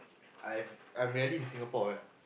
I've I'm rarely in Singapore what